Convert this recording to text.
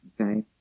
okay